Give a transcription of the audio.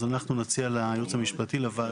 אז אנחנו נציע לייעוץ המשפטי, לוועדה.